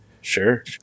Sure